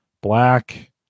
black